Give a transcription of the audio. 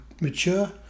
mature